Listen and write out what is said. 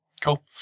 Cool